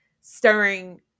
stirring